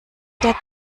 der